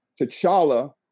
T'Challa